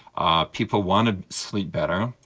ah people want to sleep better,